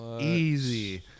easy